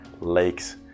lakes